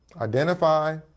identify